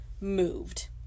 moved